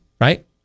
right